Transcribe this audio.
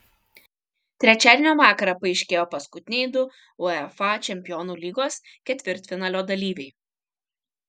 trečiadienio vakarą paaiškėjo paskutiniai du uefa čempionų lygos ketvirtfinalio dalyviai